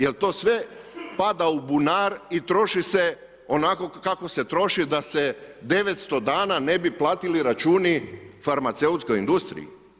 Jer to sve pada u bunar i troši se onako kako se troši da se 900 dana ne bi platili računi farmaceutskoj industriji.